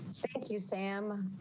thank you, sam.